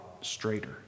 straighter